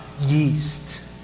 yeast